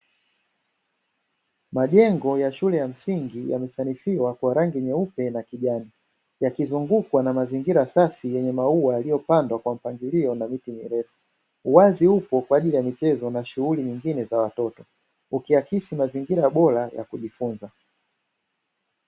Majengo ya shule ya msingi yamesanifiwa kwa rangi nyeupe na kijani. Yakizungukwa na mazingira safi yenye maua yaliyopandwa kwa mpangilio na miti mrefu. Uwazi upo kwa ajili ya michezo na shughuli nyingine za watoto, ukiakisi mazingira bora ya kujifunza.